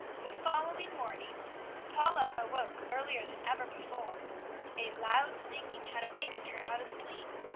the following morning paula awoke earlier than ever before a loud singing had awakened her out of sleep.